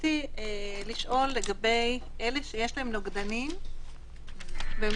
רציתי לשאול לגבי אלה שיש להם נוגדנים והם